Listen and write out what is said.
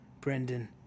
Brendan